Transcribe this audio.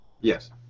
Yes